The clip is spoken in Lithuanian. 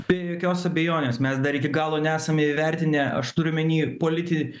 be jokios abejonės mes dar iki galo nesame įvertinę aš turiu omeny politi